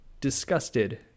Disgusted